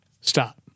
stop